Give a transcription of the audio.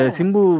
Simbu